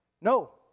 No